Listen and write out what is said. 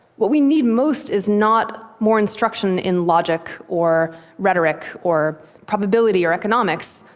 what we need most is not more instruction in logic or rhetoric or probability or economics,